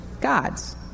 God's